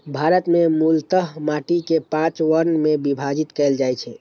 भारत मे मूलतः माटि कें पांच वर्ग मे विभाजित कैल जाइ छै